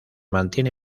mantiene